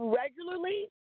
regularly